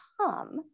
come